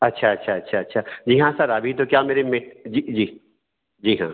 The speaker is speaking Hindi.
अच्छा अच्छा अच्छा अच्छा जी हाँ सर अभी तो क्या मेरे में जी जी जी हाँ